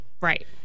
Right